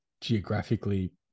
geographically